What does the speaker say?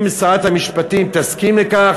אם שרת המשפטים תסכים לכך,